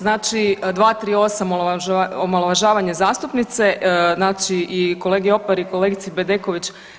Znači 238. omalovažavanje zastupnice znači i kolegi Opari i kolegici Bedeković.